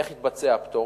איך יתבצע הפטור?